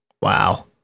Wow